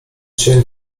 się